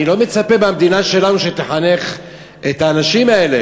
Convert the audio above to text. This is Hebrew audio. אני לא מצפה מהמדינה שלנו שתחנך את האנשים האלה,